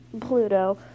Pluto